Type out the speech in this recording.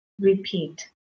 repeat